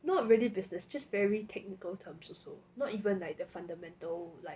not really business just very technical terms also not even like the fundamental like